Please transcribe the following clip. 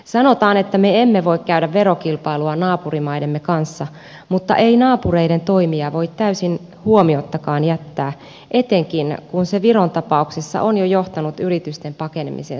sanotaan että me emme voi käydä verokilpailua naapurimaidemme kanssa mutta ei naapureiden toimia voi täysin huomiottakaan jättää etenkin kun se viron tapauksessa on jo johtanut yritysten pakenemiseen suomesta